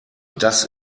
das